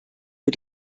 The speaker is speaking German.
für